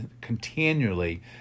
continually